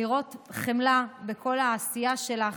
לראות חמלה בכל העשייה שלך,